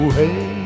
hey